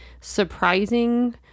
surprising